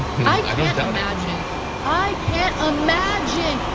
like i can't imagine i can't imagine,